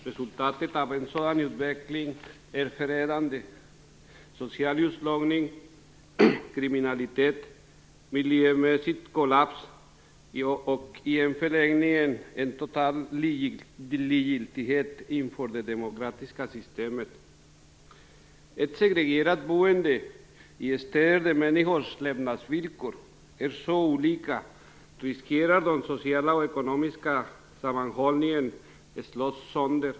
Resultatet av en sådan utveckling är förödande - social utslagning, kriminalitet, miljömässig kollaps och en i förlängningen total likgiltighet inför det demokratiska systemet. Med ett segregerat boende i städer där människors levnadsvillkor är så olika, riskerar den sociala och ekonomiska sammanhållningen att slås sönder.